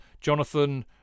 Jonathan